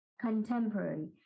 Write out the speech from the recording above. contemporary